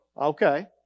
Okay